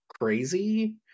Crazy